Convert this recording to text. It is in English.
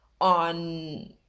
on